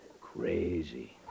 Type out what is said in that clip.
Crazy